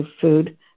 food